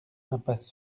impasse